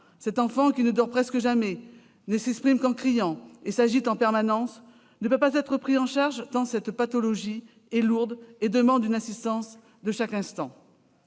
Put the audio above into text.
Cette enfant qui ne dort presque jamais, ne s'exprime qu'en criant et s'agite en permanence ne peut pas être prise en charge, tant sa pathologie est lourde, exigeant une assistance de chaque instant.